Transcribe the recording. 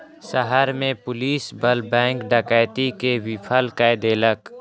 शहर में पुलिस बल बैंक डकैती के विफल कय देलक